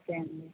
ఒకే అండి